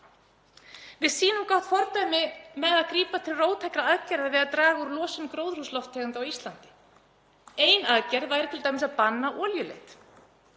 Við sýnum gott fordæmi með því að grípa til róttækra aðgerða við að draga úr losun gróðurhúsalofttegunda á Íslandi. Ein aðgerð væri t.d. að banna olíuleit